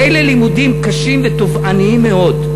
אלה לימודים קשים ותובעניים מאוד.